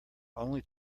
only